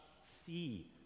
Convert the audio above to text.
see